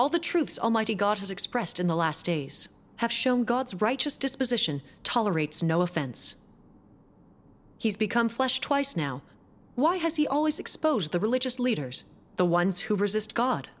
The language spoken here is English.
all the truths almighty god as expressed in the last days have shown god's righteous disposition tolerates no offense he's become flesh twice now why has he always exposed the religious leaders the ones who resist god